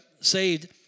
saved